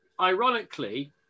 ironically